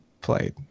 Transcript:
played